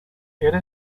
era